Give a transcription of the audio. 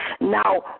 Now